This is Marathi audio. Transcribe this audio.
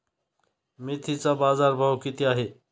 मेथीचा बाजारभाव किती आहे?